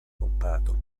kompato